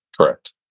Correct